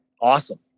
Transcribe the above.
awesome